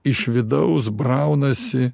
iš vidaus braunasi